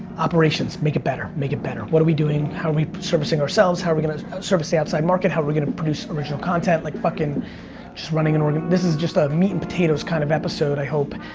operations, make it better, make it better. what are we doing, how are we servicing ourselves? how are we going to service the outside market? how are we going to provide original content? like fucking just running an organiz this is just a meat and potatoes kind of episode, i hope.